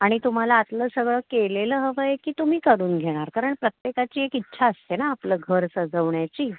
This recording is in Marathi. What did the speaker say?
आणि तुम्हाला आतलं सगळं केलेलं हवं आहे की तुम्ही करून घेणार कारण प्रत्येकाची एक इच्छा असते ना आपलं घर सजवण्याची